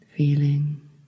Feeling